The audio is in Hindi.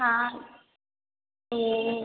हाँ तो